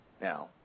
Now